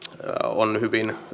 on hyvin